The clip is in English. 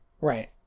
Right